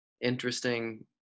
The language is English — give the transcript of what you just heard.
interesting